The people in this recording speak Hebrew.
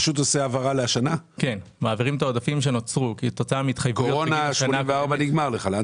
הזאת נוצרו כתוצאה מפרויקטי פיתוח פיתוח בעוטף